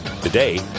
Today